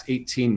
18